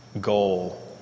goal